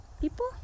people